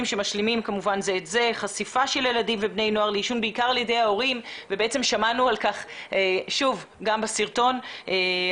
אחוזים מהתינוקות הערבים חשופים לעישון כפוי החל מגילי כמה חודשים